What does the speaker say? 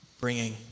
bringing